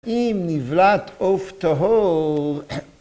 אם נבלת עוף טהור